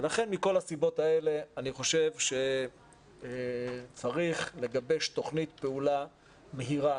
ולכן מכל הסיבות האלה אני חושב שצריך לגבש תוכנית פעולה מהירה